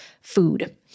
food